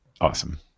awesome